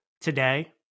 today